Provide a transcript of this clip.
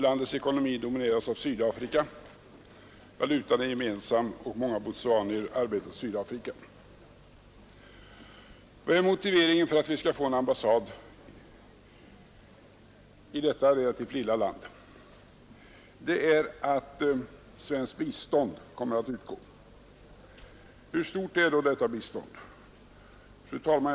Landets ekonomi domineras av Sydafrika; valutan är gemensam för båda länderna, och många botswanier arbetar i Sydafrika. Vilken är motiveringen för att vi skall få en ambassad i detta relativt lilla land? Jo, den är att svenskt bistånd kommer att utgå. Hur stort är då detta bistånd? Fru talman!